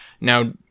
Now